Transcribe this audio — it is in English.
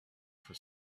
for